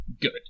good